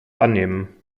annehmen